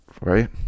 Right